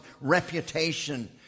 reputation